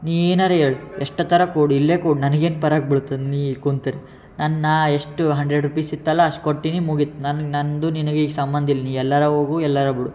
ನೀನು ಏನಾರ ಹೇಳು ಎಷ್ಟೊತ್ತಾರ ಕೂಡು ಇಲ್ಲೇ ಕೂಡು ನನಗೇನು ಬರೋಕೆ ಬೀಳ್ತದೆ ನೀನು ಇಲ್ಲಿ ಕುಂತ್ರೆ ನನ್ನ ನಾನು ಎಷ್ಟು ಹಂಡ್ರೆಡ್ ರುಪೀಸ್ ಇತ್ತಲ್ಲ ಅಚ್ಟು ಕೊಟ್ಟೀನಿ ಮುಗೀತು ನನ್ಗೆ ನನ್ನದು ನಿನ್ಗೆ ಈ ಸಂಬಂಧ ಇಲ್ಲ ನೀನು ಎಲ್ಲಾರ ಹೋಗು ಎಲ್ಲಾರ ಬಿಡು